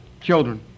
children